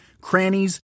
crannies